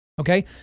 Okay